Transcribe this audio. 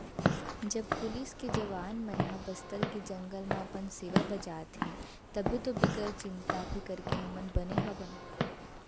जब पुलिस के जवान मन ह बस्तर के जंगल म अपन सेवा बजात हें तभे तो बिगर चिंता फिकर के हमन बने हवन